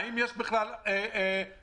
האם יש בכלל מאגר.